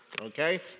okay